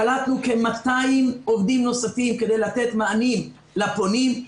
קלטנו כ-200 עובדים נוספים כדי לתת מענים לפונים.